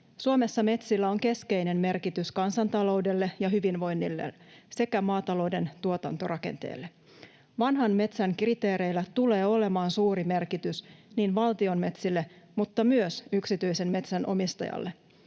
Suomessa metsillä on keskeinen merkitys kansantaloudelle ja hyvinvoinnille sekä maatalouden tuotantorakenteelle. Vanhan metsän kriteereillä tulee olemaan suuri merkitys niin valtion metsille kuin myös yksityisen metsän omistajille